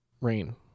Rain